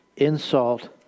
insult